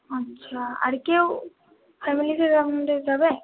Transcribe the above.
আচ্ছা আর কেউ ফ্যামিলিতে এরকম যে যাবে